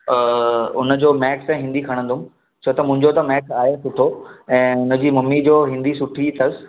हुन जो मैक्स ऐं हिंदी खणंदुमि छो त मुंहिंजो आहे सुठो ऐं हिन जी मम्मी जो हिंदी सुठी अथसि